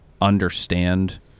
understand